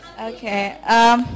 Okay